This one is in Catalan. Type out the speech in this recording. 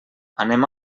anem